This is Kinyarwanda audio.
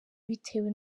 bitewe